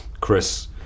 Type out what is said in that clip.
Chris